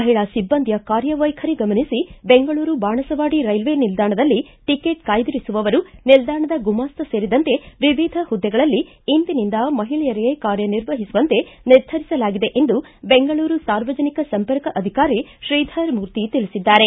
ಮಹಿಳಾ ಸಿಬ್ಲಂದಿಯ ಕಾರ್ಯ ವೈಖರಿ ಗಮನಿಸಿ ಬೆಂಗಳೂರು ಬಾಣಸವಾಡಿ ರೈಲ್ವೆ ನಿಲ್ದಾಣದಲ್ಲಿ ಟಕೇಟ್ ಕಾಯ್ದರಿಸುವವರು ನಿಲ್ದಾಣದ ಗುಮಾಸ್ತ ಸೇರಿದಂತೆ ವಿವಿಧ ಹುದ್ದೆಗಳಲ್ಲಿ ಇಂದಿನಿಂದ ಮಹಿಳೆಯರೇ ಕಾರ್ಯ ನಿರ್ವಹಿಸುವಂತೆ ನಿರ್ಧರಿಸಲಾಗಿದೆ ಎಂದು ಬೆಂಗಳೂರು ಸಾರ್ವಜನಿಕ ಸಂಪರ್ಕ ಅಧಿಕಾರಿ ತ್ರೀಧರ್ ಮೂರ್ತಿ ತಿಳಿಸಿದ್ದಾರೆ